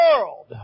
world